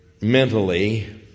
mentally